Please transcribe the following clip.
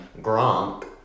Gronk